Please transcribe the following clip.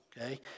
okay